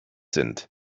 sind